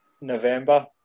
November